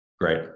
Great